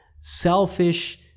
selfish